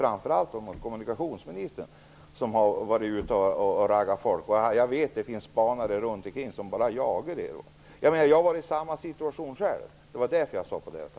Framför allt har kommunikationsministern varit ute och raggat folk. Jag vet att det finns spanare runt ikring som jagar er. Jag är i samma situation själv. Det var därför som jag sade detta.